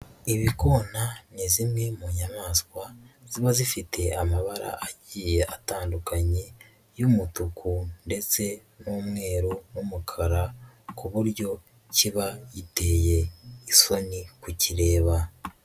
Ibikona ni zimwe mu nyamaswa ziba zifite amabara agiye atandukanye y'umutuku ndetse n'umweru n'umukara ku buryo kiba giteye isoni kukireba.